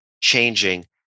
changing